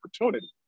opportunity